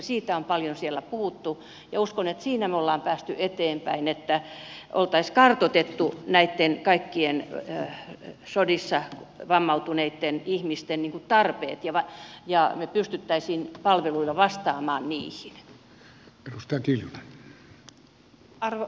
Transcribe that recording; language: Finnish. siitä on paljon siellä puhuttu ja uskon että siinä me olemme päässeet eteenpäin että oltaisiin kartoitettu näitten kaikkien sodissa vammautuneitten ihmisten tarpeet ja pystyisimme palveluilla vastaamaan niihin